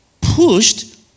pushed